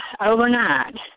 overnight